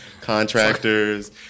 contractors